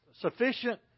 sufficient